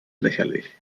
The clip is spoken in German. lächerlich